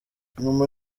nyuma